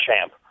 champ